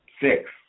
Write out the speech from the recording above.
Six